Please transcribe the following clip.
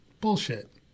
Bullshit